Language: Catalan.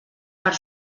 per